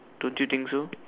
don't you think so